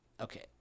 Okay